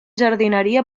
jardineria